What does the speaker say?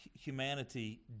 humanity